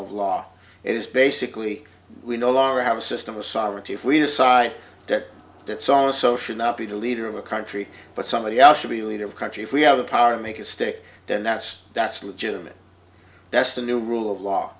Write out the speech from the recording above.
of law it is basically we no longer have a system of sovereignty if we decide that that song or so should not be the leader of a country but somebody else should be leader of country if we have the power to make it stick then that's that's legitimate that's the new rule of law